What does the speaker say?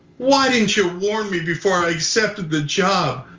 why didn't you warn me before i accepted the job.